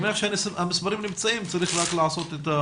אני מניח שהמספרים נמצאים, צריך רק לעשות את ה